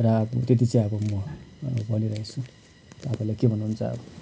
र अब त्यति चाहिँ अब म भनिरहेछु तपाईँले के भन्नुहुन्छ अब